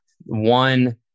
One